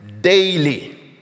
daily